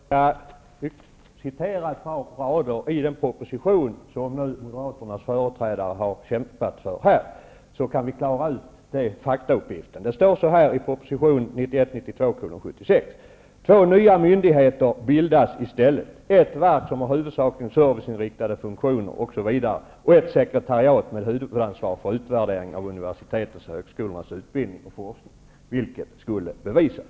Fru talman! Jag vill anföra ett par rader ur den proposition som Moderaternas företrädare här har kämpat för, så kan vi klara ut faktauppgiften. I proposition 1991/92:76 skriver man: Två nya myndigheter bildas i stället, ett verk som huvudsakligen skall ha serviceinriktade funktioner osv. och ett sekretariat med huvudansvar för utvärderingen av universitetens och högskolornas utbildning och forskning -- vilket skulle bevisas.